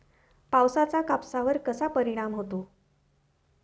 पावसाचा कापसावर कसा परिणाम होतो?